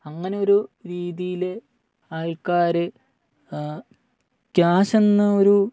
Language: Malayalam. അങ്ങനെയൊരു രീതിയില് ആൾക്കാര് ക്യാഷ് എന്നൊരു